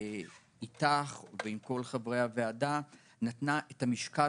אתך ועם כל חברי הוועדה נתנה את המשקל